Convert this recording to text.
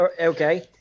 okay